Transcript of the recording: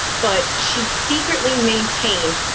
but she secretly maintained,